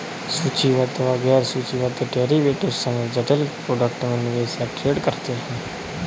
सूचीबद्ध व गैर सूचीबद्ध डेरिवेटिव्स समेत जटिल प्रोडक्ट में निवेश या ट्रेड करते हैं